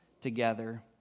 together